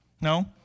No